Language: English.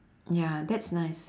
ya that's nice